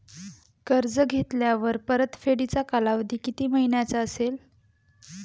कर्ज घेतल्यावर परतफेडीचा कालावधी किती महिन्यांचा असेल?